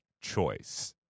choice